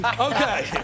Okay